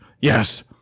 Yes